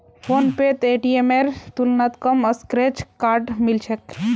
फोनपेत पेटीएमेर तुलनात कम स्क्रैच कार्ड मिल छेक